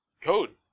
code